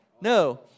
No